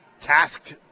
tasked